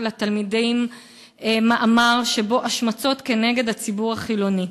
לתלמידים מאמר שבו השמצות כנגד הציבור החילוני.